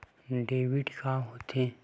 Debit का होथे?